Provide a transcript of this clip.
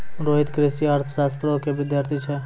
रोहित कृषि अर्थशास्त्रो के विद्यार्थी छै